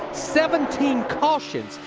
seventeen cautions.